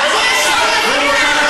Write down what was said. אני נמצאת פה